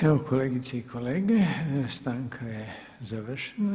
Evo kolegice i kolege stanka je završena.